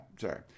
Sorry